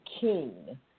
King